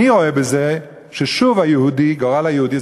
אני רואה בזה ששוב גורל היהודי,